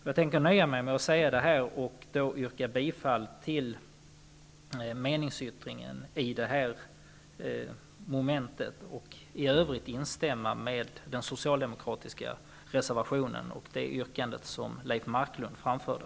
Jag tänker nöja mig med att säga det här och yrkar bifall till meningsyttringen vid mom. 3. I övrigt instämmer jag i den socialdemokratiska reservationen och det yrkande som Leif Marklund framförde.